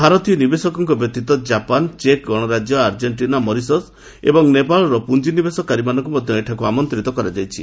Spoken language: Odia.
ଭାରତୀୟ ନିବେଶକଙ୍କ ବ୍ୟତୀତ ଜାପାନ୍ ଚେକ୍ ଗଣରାଜ୍ୟ ଆର୍ଜେଣ୍ଟିନା ମରିସସ୍ ଏବଂ ନେପାଳର ପୁଞ୍ଜିନିବେଶକାରୀମାନଙ୍କୁ ମଧ୍ୟ ଏଠାକୁ ଆମନ୍ତିତ କରାଯାଇଛି